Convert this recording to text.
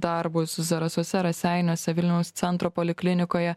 darbus zarasuose raseiniuose vilniaus centro poliklinikoje